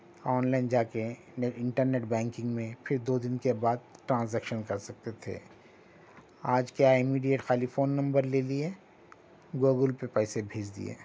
online جا کے internet banking میں پھر دو دن کے بعد ٹرانزیکشن کر سکتے تھے آج کیا ہے ایمیڈیٹ خالی فون نمبر لے لئے گوگل پے پیسے بھیج دیئے